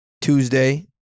Tuesday